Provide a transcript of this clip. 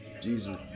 Jesus